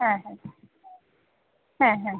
হ্যাঁ হ্যাঁ হ্যাঁ হ্যাঁ